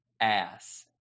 ass